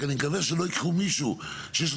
רק אני מקווה שלא ייקחו מישהו שיש לו